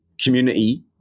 community